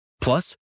Plus